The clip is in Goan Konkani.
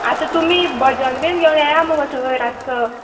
आतां तुमी भजन बीन घेवन येया मुगो थंय रातचो